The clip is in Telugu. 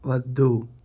వద్దు